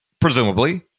presumably